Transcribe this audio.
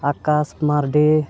Akash Mardi